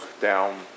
down